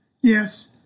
Yes